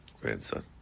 grandson